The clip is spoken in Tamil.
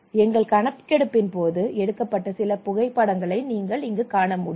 எங்கள் கணக்கெடுப்பின் போது எடுக்கப்பட்ட சில புகைப்படங்களை நீங்கள் இங்கு காணமுடியும்